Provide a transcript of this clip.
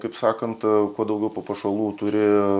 kaip sakant kuo daugiau papuošalų turi